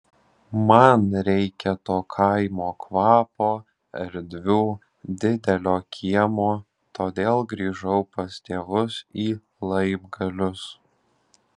man reikia to kaimo kvapo erdvių didelio kiemo todėl grįžau pas tėvus į laibgalius